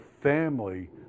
family